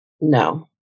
No